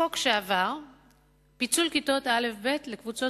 יש חוק שעבר ונוגע לפיצול כיתות א' וב' לקבוצות